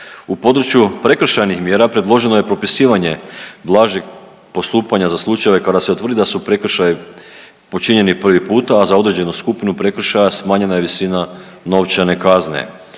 U području prekršajnih mjera predloženo je propisivanje blažeg postupanja za slučajeve kada se utvrdi da su prekršaji počinjeni prvi puta, a za određenu skupinu prekršaja smanjena je visina novčane kazne.